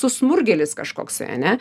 susmurgelis kažkoksai ane